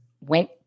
went